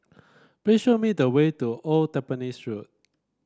please show me the way to Old Tampines Road